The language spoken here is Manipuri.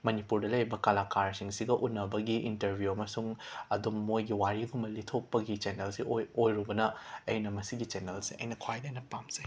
ꯃꯅꯤꯄꯨꯔꯗ ꯂꯩꯔꯤꯕ ꯀꯂꯥꯀꯥꯔꯁꯤꯡꯁꯤꯒ ꯎꯟꯅꯕꯒꯤ ꯏꯟꯇꯔꯕ꯭ꯌꯨ ꯑꯃꯁꯨꯡ ꯑꯗꯨꯝ ꯃꯣꯏꯒꯤ ꯋꯥꯔꯤꯒꯨꯝꯕ ꯂꯤꯊꯣꯛꯄꯒꯤ ꯆꯦꯅꯦꯜꯁꯦ ꯑꯣꯏ ꯑꯣꯏꯔꯨꯕꯅ ꯑꯩꯅ ꯃꯁꯤꯒꯤ ꯆꯦꯅꯦꯜꯁꯦ ꯑꯩꯅ ꯈ꯭ꯋꯥꯏꯗꯒꯤ ꯍꯦꯟꯅ ꯄꯥꯝꯖꯩ